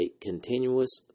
continuous